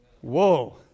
Whoa